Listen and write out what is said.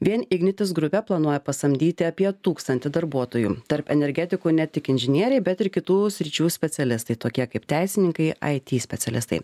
vien ignitis grupė planuoja pasamdyti apie tūkstantį darbuotojų tarp energetikų ne tik inžinieriai bet ir kitų sričių specialistai tokie kaip teisininkai it specialistai